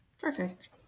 Perfect